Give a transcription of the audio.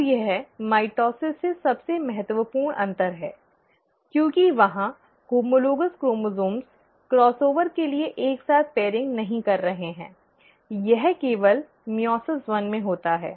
अब यह माइटोसिस से सबसे महत्वपूर्ण अंतर है क्योंकि वहाँ होमोलोगॅस क्रोमोसोम्स क्रॉस ओवर के लिए एक साथ पिरिंग नहीं कर रहे हैं यह केवल मइओसिस एक में होता है